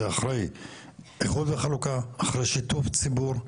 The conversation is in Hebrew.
זה אחרי איחוד וחלוקה, אחרי שיתוף ציבור.